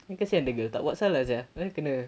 kesian the girl tak buat salah sia kena